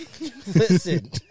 Listen